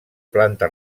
planta